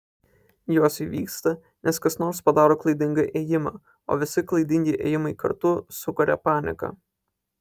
jos įvyksta nes kas nors padaro klaidingą ėjimą o visi klaidingi ėjimai kartu sukuria paniką